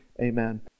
amen